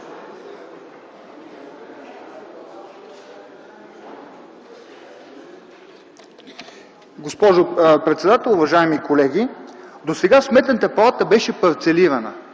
Госпожо председател, уважаеми колеги! Досега Сметната палата беше парцелирана,